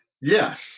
Yes